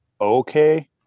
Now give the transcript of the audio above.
okay